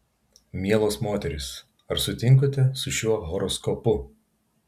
mielos moterys ar sutinkate su šiuo horoskopu